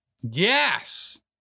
Yes